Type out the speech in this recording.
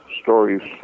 stories